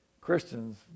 Christians